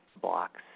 blocks